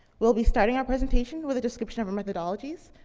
we'll be starting our presentation with a description of our methodologies,